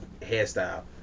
hairstyle